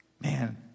Man